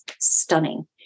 stunning